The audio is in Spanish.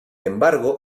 embargo